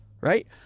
right